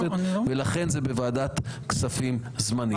ולכן זה בוועדת כספים זמנית.